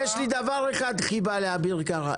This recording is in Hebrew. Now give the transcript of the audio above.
דבר אחד חיבה לאביר קארה,